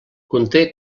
conté